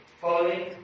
following